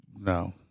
No